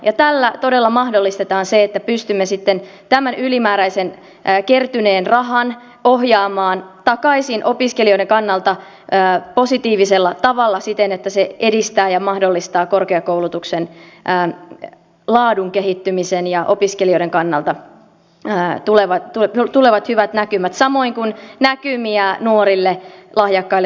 ja tällä todella mahdollistetaan se että pystymme sitten tämän ylimääräisen kertyneen rahan ohjaamaan takaisin opiskelijoiden kannalta positiivisella tavalla siten että se edistää ja mahdollistaa korkeakoulutuksen laadun kehittymistä ja opiskelijoiden kannalta hyviä tulevia näkymiä samoin kuin näkymiä nuorille lahjakkaille tutkijoille